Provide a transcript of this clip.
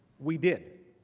we did.